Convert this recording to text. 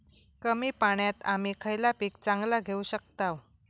कमी पाण्यात आम्ही खयला पीक चांगला घेव शकताव?